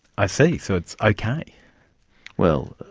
i see, so it's okay? well,